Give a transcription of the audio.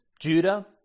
Judah